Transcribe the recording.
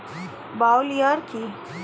Bio lure কি?